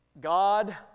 God